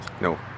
No